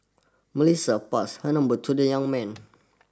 Melissa passed her number to the young man